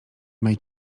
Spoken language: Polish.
mej